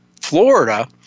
Florida